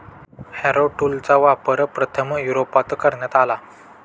Harrow टूलचा वापर प्रथम युरोपात करण्यात आला